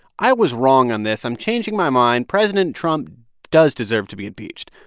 i was wrong on this. i'm changing my mind. president trump does deserve to be impeached.